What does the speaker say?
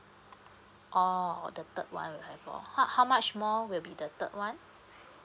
oh the third one will have more how how much more will be the third one